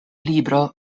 libro